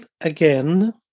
again